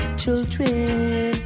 children